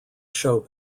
show